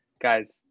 Guys